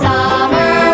Summer